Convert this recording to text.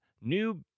new